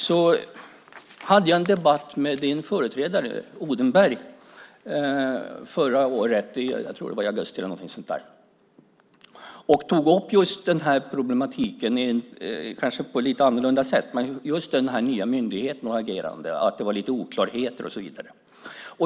Jag hade en debatt med din företrädare Odenberg förra året - jag tror att det var i augusti - och tog upp just denna problematik, även om det var på ett kanske lite annorlunda sätt. Jag tog upp detta med den nya myndigheten och agerandet, att det var lite oklarheter och så vidare.